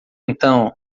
então